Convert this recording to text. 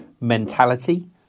mentality